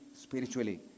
spiritually